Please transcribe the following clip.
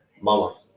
Mama